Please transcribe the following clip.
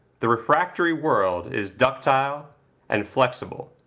the refractory world is ductile and flexible